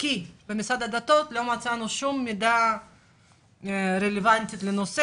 כי במשרד הדתות לא מצאנו שום מידע רלוונטי לנושא,